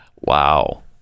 Wow